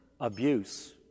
abuse